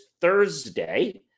Thursday